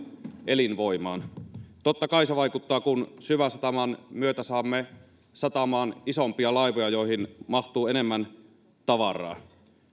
elinvoimaan totta kai se vaikuttaa kun syväsataman myötä saamme satamaan isompia laivoja joihin mahtuu enemmän tavaraa